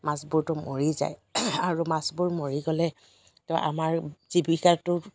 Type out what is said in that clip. মাছবোৰতো মৰি যায় আৰু মাছবোৰ মৰি গ'লে আমাৰ জীৱিকাটো